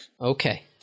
okay